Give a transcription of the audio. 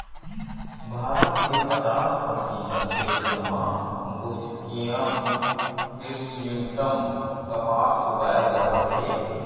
भारत के पचास परतिसत छेत्र म गोसिपीयम हिरस्यूटॅम कपसा उगाए जावत हे